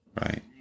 Right